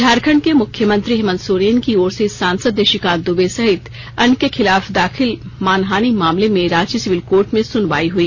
झारखंड के मुख्यमंत्री हेमंत सोरेन की ओर से सांसद निशिकांत दुबे सहित अन्य के खिलाफ दाखिल मानहानि मामले में रांची सिविल कोर्ट में सुनवाई हई